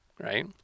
right